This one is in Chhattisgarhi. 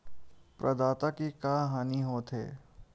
प्रदाता के का हानि हो थे?